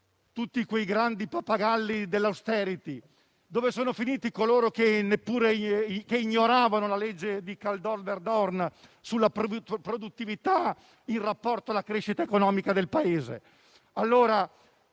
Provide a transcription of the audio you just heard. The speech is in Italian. tutti i grandi pappagalli dell'*austerity*? Dove sono finiti coloro che ignoravano la legge di Kaldor-Verdoorn sulla produttività, in rapporto alla crescita economica del Paese?